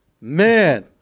Man